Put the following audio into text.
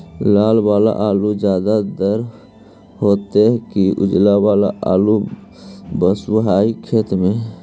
लाल वाला आलू ज्यादा दर होतै कि उजला वाला आलू बालुसाही खेत में?